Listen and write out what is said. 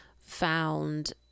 found